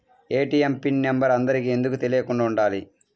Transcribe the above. ATM pin number అందరికి ఎందుకు తెలియకుండా ఉండాలి?